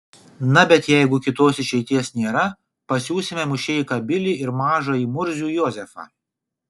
na bet jeigu kitos išeities nėra pasiųsime mušeiką bilį ir mažąjį murzių jozefą